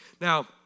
Now